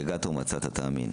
יגעת ומצאת תאמין.